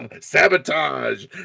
sabotage